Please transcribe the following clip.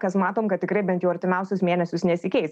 kas matom kad tikrai bent jau artimiausius mėnesius nesikeis